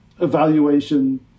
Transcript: evaluation